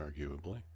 arguably